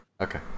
okay